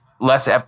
less